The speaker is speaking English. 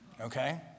okay